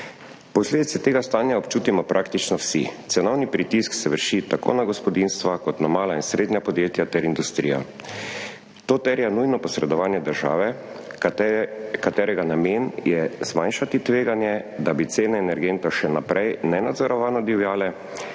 Posledice tega stanja občutimo praktično vsi, cenovni pritisk se vrši tako na gospodinjstva kot na mala in srednja podjetja ter industrijo. To terja nujno posredovanje države, katerega namen je zmanjšati tveganje, da bi cene energentov še naprej nenadzorovano divjale